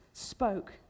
spoke